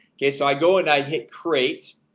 okay, so i go and i hit crate.